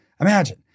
imagine